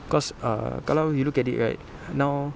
cause err kalau you look at it right now